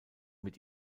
mit